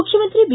ಮುಖ್ಯಮಂತ್ರಿ ಬಿ